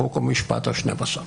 חוק ומשפט השתיים-עשרה,